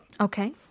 Okay